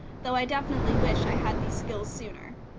though i definitely wish i had these skills sooner.